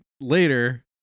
later